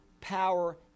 power